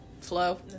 flow